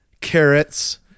carrots